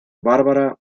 barbara